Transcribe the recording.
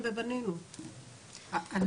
המתקנים נדמה לי התקבלו ב-2006-2007.